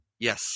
Yes